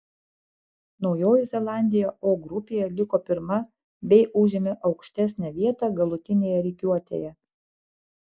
naujoji zelandija o grupėje liko pirma bei užėmė aukštesnę vietą galutinėje rikiuotėje